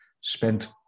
spent